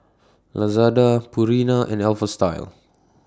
Lazada Purina and Alpha Style